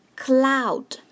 cloud